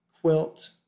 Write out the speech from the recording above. quilt